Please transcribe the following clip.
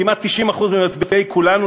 כמעט 90% ממצביעי כולנו,